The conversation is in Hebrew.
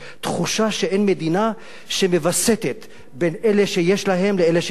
תחושה שאין מדינה שמווסתת בין אלה שיש להם לאלה שאין להם.